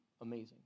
amazing